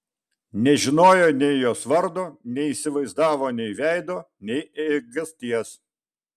nežinojo nei jos vardo neįsivaizdavo nei veido nei eigasties